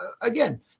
again